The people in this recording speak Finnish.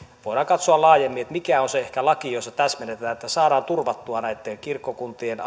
voidaan katsoa laajemmin että mikä olisi ehkä laki jossa täsmennetään että saadaan turvattua näitten kirkkokuntien